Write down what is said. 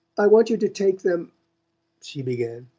i want you to take them she began.